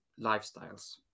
lifestyles